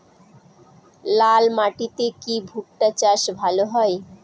লাল মাটিতে কি ভুট্টা চাষ ভালো হয়?